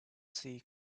sea